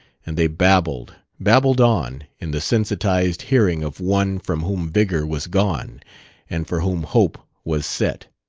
and they babbled, babbled on, in the sensitized hearing of one from whom vigor was gone and for whom hope was set.